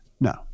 No